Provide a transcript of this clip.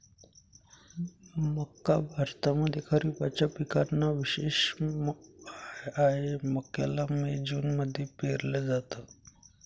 मक्का भारतामध्ये खरिपाच्या पिकांना मध्ये विशेष आहे, मक्याला मे जून मध्ये पेरल जात